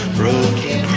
broken